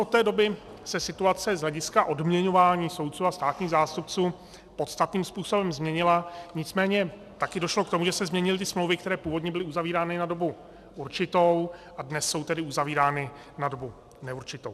Od té doby se samozřejmě situace z hlediska odměňování soudců a státních zástupců podstatným způsobem změnila, nicméně také došlo k tomu, že se změnily ty smlouvy, které původně byly uzavírány na dobu určitou a dnes jsou tedy uzavírány na dobu neurčitou.